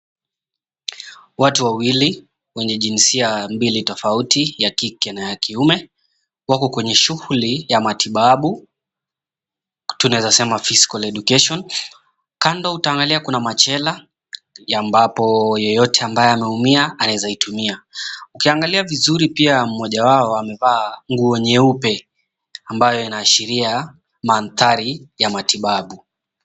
Watu wawili wenye jinsia mbili tofauti ya kike na ya kiume, wako kwenye shughuli ya matibabu, tunaeza sema 'physical education'. Kando utaangalia kuna machela ya ambapo yeyote ambaye anaumia anaweza itumia. Ukiangalia vizuri pia mmoja wao amevaa nguo nyeupe ambayo inaashiria mandhari ya matibabu.